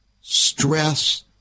Stress